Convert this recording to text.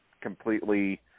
completely